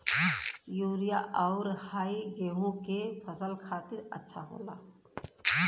urea आउर डाई गेहूं के फसल खातिर अच्छा होला